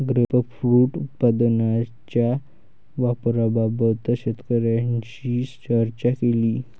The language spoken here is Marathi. ग्रेपफ्रुट उत्पादनाच्या वापराबाबत शेतकऱ्यांशी चर्चा केली